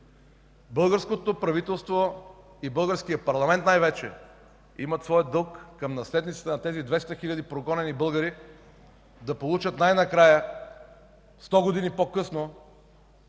Българското правителство и българският парламент най-вече имат своя дълг към наследниците на тези 200 хиляди прогонени българи да получат най-накрая, сто години по-късно